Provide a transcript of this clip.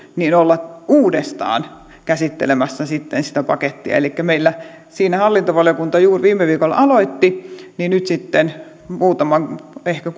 olla uudestaan käsittelemässä sitä pakettia elikkä meillä siinä hallintovaliokunta juuri viime viikolla aloitti ja nyt sitten ehkä